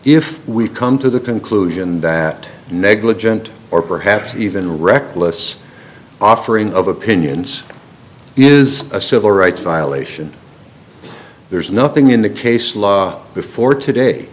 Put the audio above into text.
we come to the conclusion that a negligent or perhaps even reckless offering of opinions is a civil rights violation there's nothing in the case law before today